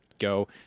go